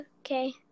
Okay